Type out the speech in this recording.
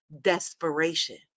desperation